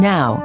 Now